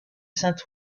saint